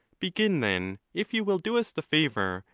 begin, then, if you will do us the favour,